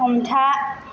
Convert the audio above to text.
हमथा